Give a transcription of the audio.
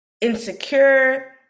insecure